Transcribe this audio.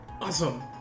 Awesome